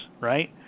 right